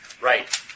Right